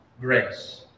grace